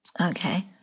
Okay